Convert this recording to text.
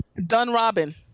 Dunrobin